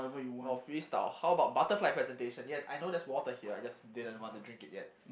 well freestyle how about butterfly presentation yes I know there's water here I just didn't want to drink it yet